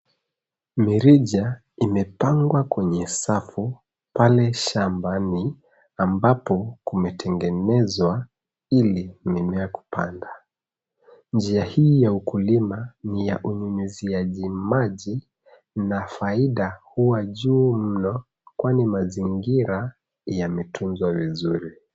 Mirija imepangwa kwenye safu pale shambani ambapo kumetengenezwa ili mimea kupanda. Njia hii ya ukulima ni ya unyunyuziaji maji na faida huwa juu mno kwani mazingira yametunzwa vizuri.